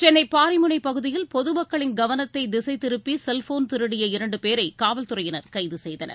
சென்னை பாரிமுனைப் பகுதியில் பொதுமக்களின் கவனத்தை திசை திருப்பி செல்போன் திருடிய இரண்டு பேரை காவல்துறையினர் கைது செய்தனர்